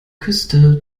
küste